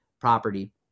property